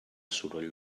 soroll